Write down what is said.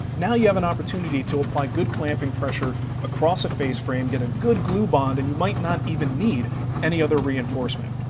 now you have an opportunity to apply good clamping pressure across a face frame, get a good glue bond and you might not even need any other reinforcement.